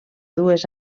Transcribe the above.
dues